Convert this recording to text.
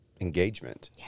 engagement